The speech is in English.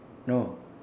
no